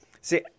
See